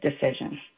decision